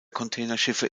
containerschiffe